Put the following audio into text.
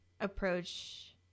approach